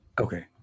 Okay